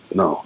no